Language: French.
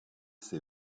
ses